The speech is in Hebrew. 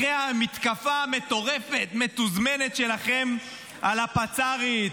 אחרי המתקפה המטורפת, המתוזמנת, שלכם על הפצ"רית,